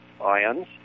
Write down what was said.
ions